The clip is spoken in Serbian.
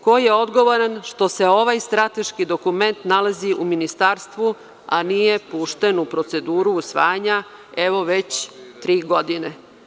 Ko je odgovoran što se ovaj strateški dokument nalazi u Ministarstvu, a nije pušten u proceduru usvajanja, evo, već tri godine?